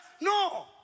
no